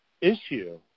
issue